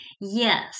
Yes